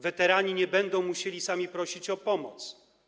Weterani nie będą musieli sami prosić o pomoc.